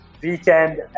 weekend